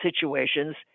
situations